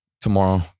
tomorrow